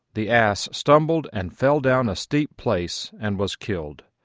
the ass stumbled and fell down a steep place and was killed.